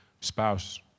spouse